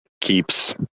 keeps